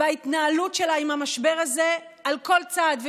בהתנהלות שלה עם משבר הזה על כל צעד ושעל.